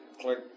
click